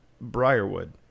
Briarwood